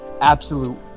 absolute